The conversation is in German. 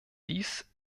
dies